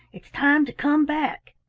it's time to come back.